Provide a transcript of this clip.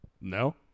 No